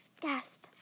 gasp